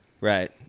Right